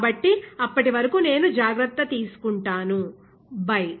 కాబట్టి అప్పటి వరకు నేను జాగ్రత్త తీసుకుంటాను బై